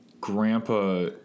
grandpa